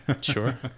Sure